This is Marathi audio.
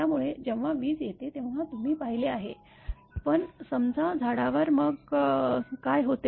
त्यामुळे जेव्हा वीज येते तेव्हा तुम्ही पाहिले आहे पण समजा झाडावर मग काय होते